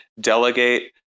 delegate